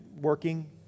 working